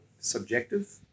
subjective